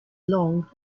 long